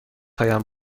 هایم